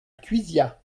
cuisia